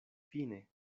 fine